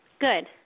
Good